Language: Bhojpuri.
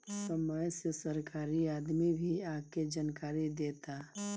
समय से सरकारी आदमी भी आके जानकारी देता